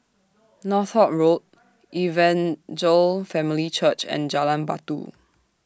Northolt Road Evangel Family Church and Jalan Batu